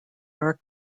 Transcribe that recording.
are